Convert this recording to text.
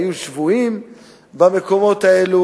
היו שבויים במקומות האלה.